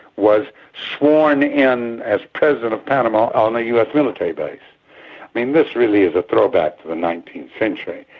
was sworn in as president of panama on a us military but i mean this really is a throwback to the nineteenth century.